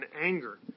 anger